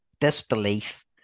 disbelief